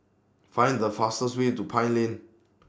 Find The fastest Way to Pine Lane